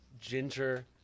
ginger